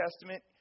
Testament